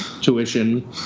tuition